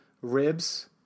Ribs